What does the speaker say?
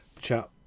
chat